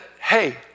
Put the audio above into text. hey